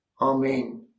Amen